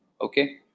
okay